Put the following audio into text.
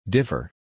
Differ